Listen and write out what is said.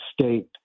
state